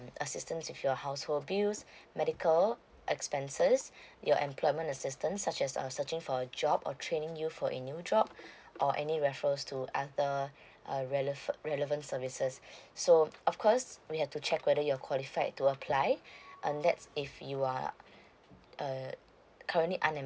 assistance with your household bills medical expenses your employment assistance such as err searching for a job or training you for a new job or any referrals to other err rele~ relevant services so off course we have to check whether you are qualified to apply unless if you are mm uh currently